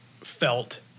felt